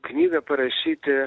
knygą parašyti